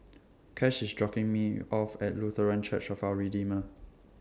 Cash IS dropping Me off At Lutheran Church of Our Redeemer